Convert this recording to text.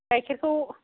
गाइखेरखौ